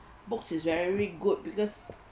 books is very good because